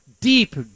Deep